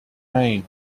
mean